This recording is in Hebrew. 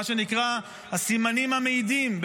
מה שנקרא הסימנים המעידים,